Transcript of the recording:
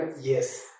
Yes